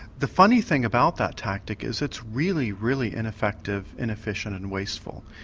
the funny thing about that tactic is it's really, really ineffective, inefficient and wasteful.